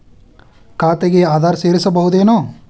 ಖಾತೆಗೆ ಆಧಾರ್ ಸೇರಿಸಬಹುದೇನೂ?